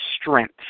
strength